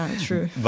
True